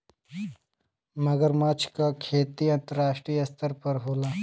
मगरमच्छ क खेती अंतरराष्ट्रीय स्तर पर होला